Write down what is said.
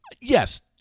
Yes